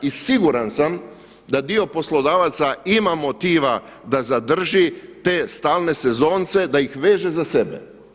I siguran sam da dio poslodavaca ima motiva da zadrži te stalne sezonce da ih veže za sebe.